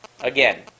again